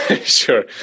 Sure